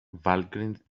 valgrind